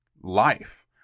life